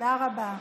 תודה רבה.